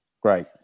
Great